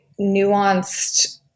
nuanced